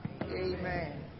Amen